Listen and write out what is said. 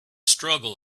struggle